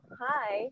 hi